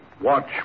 Watch